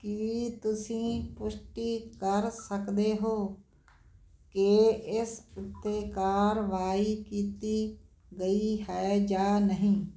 ਕੀ ਤੁਸੀਂ ਪੁਸ਼ਟੀ ਕਰ ਸਕਦੇ ਹੋ ਕਿ ਇਸ ਉੱਤੇ ਕਾਰਵਾਈ ਕੀਤੀ ਗਈ ਹੈ ਜਾਂ ਨਹੀਂ